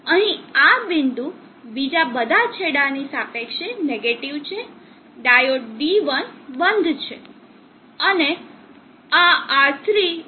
અહીં આ બિંદુ બીજા બધા છેડા ની સાપેક્ષે નેગેટીવ છે ડાયોડ D1 બંધ છે